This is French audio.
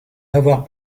avoir